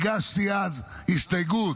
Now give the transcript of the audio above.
הגשתי אז הסתייגות